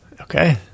Okay